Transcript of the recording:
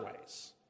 ways